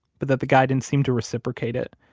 but that the guy didn't seem to reciprocate it.